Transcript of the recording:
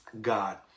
God